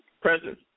present